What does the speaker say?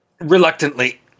Reluctantly